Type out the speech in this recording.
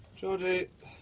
georgie,